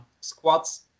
squats